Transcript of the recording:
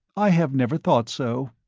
i have never thought so.